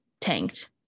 tanked